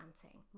planting